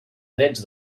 drets